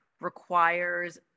requires